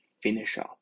finisher